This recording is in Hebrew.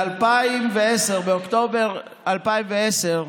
באוקטובר 2010,